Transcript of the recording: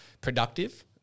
productive